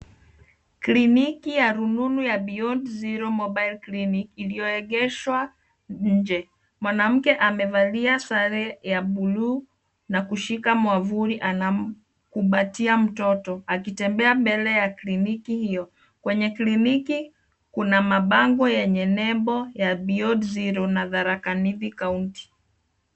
Kliniki ya rununu ya, beyond zero mobile clinic, iliyoegeshwa nje. Mwanamke amevalia sare ya bluu na kushika mwavuli anamkumbatia mtoto akitembea mbele ya kliniki hio. Kwenye kliniki kuna mabango yenye nembo ya, beyond zero na Tharaka nithi County.